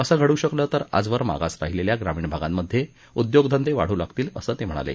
असं घडू शकलं तर आजवर मागास राहिलेल्या ग्रामीण भागांमध्ये उद्योगधंदे वाढू लागतील असं ते म्हणाले